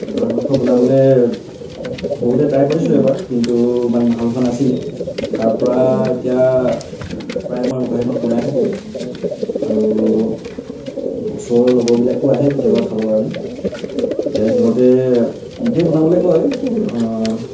গাহৰি মাংস বনাবলৈ সৰুতে ট্ৰাই কৰিছিলোঁ এবাৰ কিন্তু ইমান ভাল হোৱা নাছিলে তাৰ পৰা এতিয়া প্ৰায় মই গাহৰি মাংস বনাই থাকোঁ আৰু ওচৰৰ লগৰবিলাকো আহে কেতিয়াবা খাবৰ কাৰণে তেতিয়া সিহঁতে মোকেই বনাবলৈ কয়